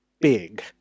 big